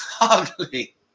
ugly